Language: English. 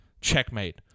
Checkmate